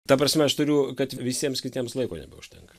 ta prasme aš turiu kad visiems kitiems laiko nebeužtenka